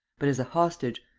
but as a hostage.